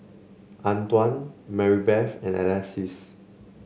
Antwan Marybeth and Alexis